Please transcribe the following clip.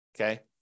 Okay